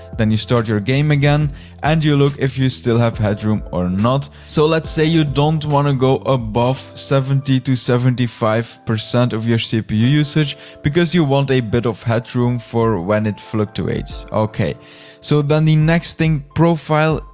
then you start your game again and you look if you still have head room or not. so let's say you don't want to go above seventy to seventy five percent of your cpu usage because you want a bit of head room for when it fluctuates. so then the next thing, profile,